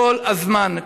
כל הזמן,